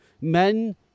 men